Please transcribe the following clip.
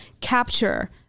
capture